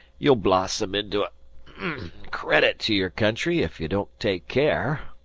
you'll blossom into a credit to your country if you don't take care.